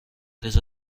resa